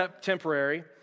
temporary